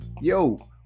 yo